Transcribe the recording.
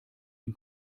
den